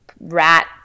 rat